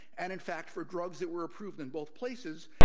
and in fact for drugs that were approved in both places,